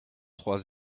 trois